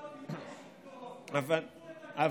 עוד מעט לא תהיו בשלטון, את בית המשפט.